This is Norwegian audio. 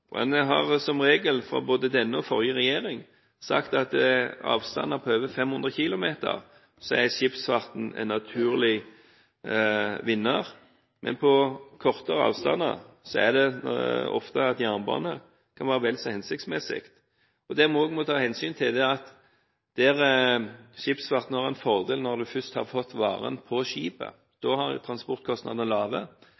og en har som regel, under både denne og den forrige regjeringen, sagt at når det gjelder avstander på over 500 km, er skipsfarten en naturlig vinner, men at på kortere avstander kan jernbane ofte være vel så hensiktsmessig. Det vi også må ta hensyn til, er at skipsfarten har en fordel når man først har fått varen på skipet,